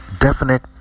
definite